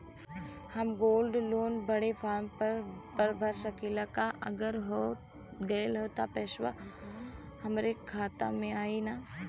हम gold loan बड़े form भर सकी ला का अगर हो गैल त पेसवा हमरे खतवा में आई ना?